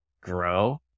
grow